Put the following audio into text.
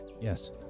Yes